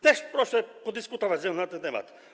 Też proszę podyskutować ze mną na ten temat.